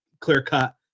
clear-cut